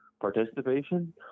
participation